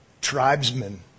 tribesmen